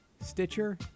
Stitcher